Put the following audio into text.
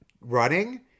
running